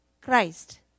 Christ